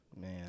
man